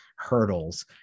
hurdles